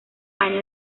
años